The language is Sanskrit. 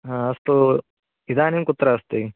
हा अस्तु इदानीं कुत्र अस्ति